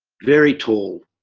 very tall.